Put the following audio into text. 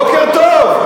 בוקר טוב.